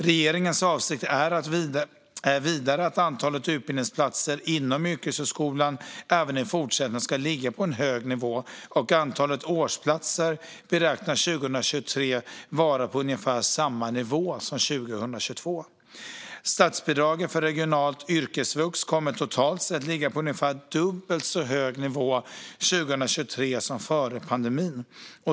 Regeringens avsikt är vidare att antalet utbildningsplatser inom yrkeshögskolan även i fortsättningen ska ligga på en hög nivå, och antalet årsplatser beräknas 2023 vara på ungefär samma nivå som 2022. Statsbidraget för regionalt yrkesvux kommer totalt sett att ligga på ungefär dubbelt så hög nivå 2023 som före pandemin.